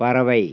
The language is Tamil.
பறவை